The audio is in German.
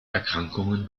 erkrankungen